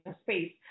space